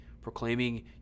proclaiming